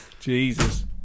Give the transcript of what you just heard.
Jesus